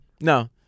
no